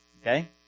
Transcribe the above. Okay